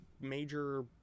major